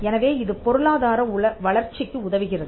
எனவே இது பொருளாதார வளர்ச்சிக்கு உதவுகிறது